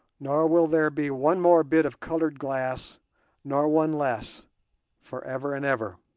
nor will there be one more bit of coloured glass nor one less for ever and ever.